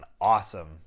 awesome